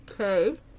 okay